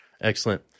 Excellent